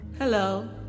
Hello